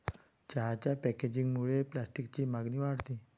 चहाच्या पॅकेजिंगमुळे प्लास्टिकची मागणी वाढते